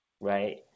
right